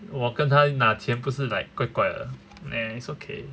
我跟他拿钱不是 like 怪怪的 nah it's okay